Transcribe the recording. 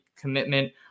commitment